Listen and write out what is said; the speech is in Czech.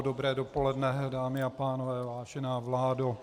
Dobré dopoledne, dámy a pánové, vážená vládo.